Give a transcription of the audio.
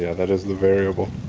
yeah that is the variable.